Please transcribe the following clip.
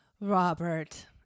Robert